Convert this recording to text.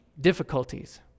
difficulties